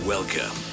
Welcome